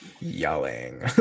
Yelling